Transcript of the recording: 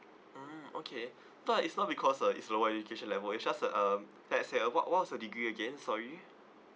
mm okay but it's not because uh it's lower education level it's just that um let's say uh what what was your degree again sorry